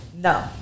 No